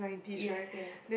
yes yes